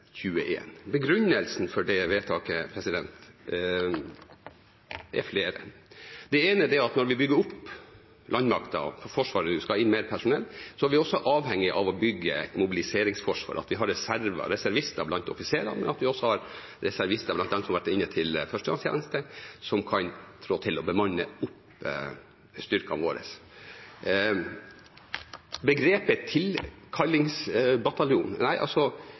for det vedtaket er flere. Deb ene er at når vi bygger opp landmakten i Forsvaret og skal ha inn mer personell, er vi også avhengige av å bygge mobiliseringsforsvar, at vi har reserver – reservister blant offiserene og også blant dem som har vært inne til førstegangstjeneste og kan trå til og bemanne opp styrkene våre. Til begrepet «tilkallingsbataljon»: Nei,